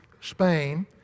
Spain